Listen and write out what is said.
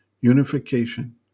Unification